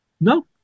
no